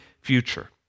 future